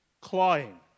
clawing